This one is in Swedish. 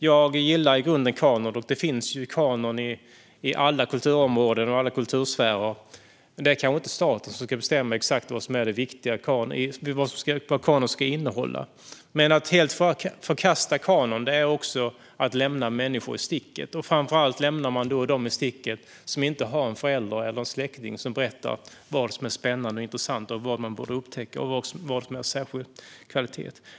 Jag gillar i grunden kanon, och det finns på alla kulturområden och i alla kultursfärer. Men det är kanske inte staten som ska bestämma exakt vad en kanon ska innehålla. Att helt förkasta kanon är dock att lämna människor i sticket. Framför allt lämnar man dem i sticket som inte har en förälder eller släkting som berättar vad som är spännande och intressant och håller hög kvalitet och vad man borde upptäcka.